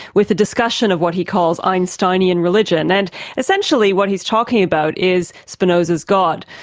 with a discussion of what he calls einsteinian religion, and essentially what he's talking about is spinoza's god.